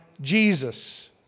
Jesus